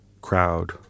crowd